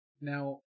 Now